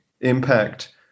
impact